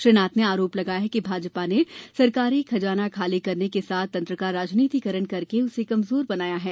श्री नाथ ने आरोप लगाया कि भाजपा ने सरकारी खजाना खाली करने के साथ तंत्र का राजनीतिकरण करके उसे कमजोर बनाया है